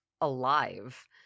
alive